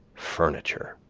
furniture!